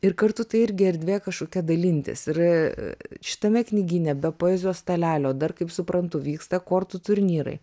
ir kartu tai irgi erdvė kažkokia dalintis ir šitame knygyne be poezijos stalelio dar kaip suprantu vyksta kortų turnyrai